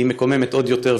היא מקוממת עוד יותר,